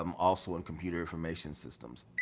um also in computer information systems.